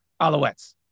Alouettes